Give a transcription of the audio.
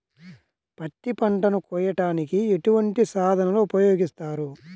పత్తి పంటను కోయటానికి ఎటువంటి సాధనలు ఉపయోగిస్తారు?